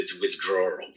withdrawal